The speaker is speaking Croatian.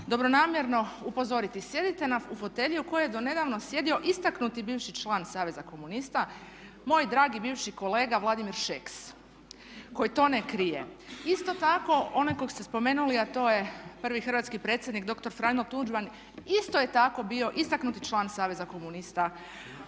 dobronamjerno upozoriti, sjedite na fotelji u kojoj je donedavno sjedio istaknuti bivši član Saveza komunista, moj dragi bivši kolega Vladimir Šeks, koji to ne krije. Isto tako onaj koga ste spomenuli a to je prvi hrvatski predsjednik dr. Franjo Tuđman, isto je tako bio istaknuti član Saveza komunista,